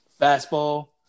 fastball